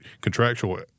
contractual